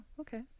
Okay